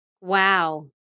Wow